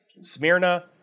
Smyrna